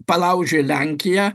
palaužė lenkiją